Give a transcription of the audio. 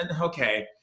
Okay